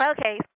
Okay